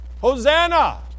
Hosanna